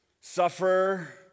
suffer